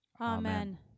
Amen